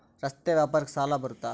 ರಸ್ತೆ ವ್ಯಾಪಾರಕ್ಕ ಸಾಲ ಬರುತ್ತಾ?